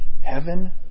heaven